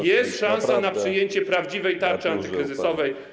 Jest szansa na przyjęcie prawdziwej tarczy antykryzysowej.